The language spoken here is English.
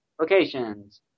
locations